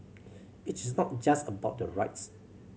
it is not just about the rights